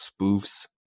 spoofs